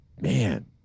man